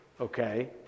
okay